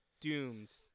doomed